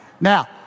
Now